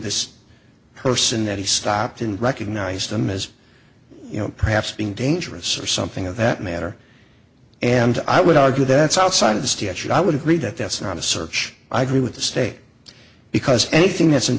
this person that he stopped and recognized him as you know perhaps being dangerous or something of that matter and i would argue that's outside of the statute i would agree that that's not a search i agree with the state because anything that's in